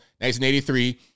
1983